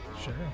Sure